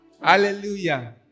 Hallelujah